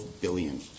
billion